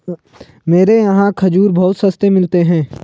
मेरे यहाँ खजूर बहुत सस्ते मिलते हैं